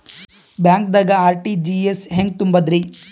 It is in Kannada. ಬ್ಯಾಂಕ್ದಾಗ ಆರ್.ಟಿ.ಜಿ.ಎಸ್ ಹೆಂಗ್ ತುಂಬಧ್ರಿ?